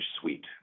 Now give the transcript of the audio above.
suite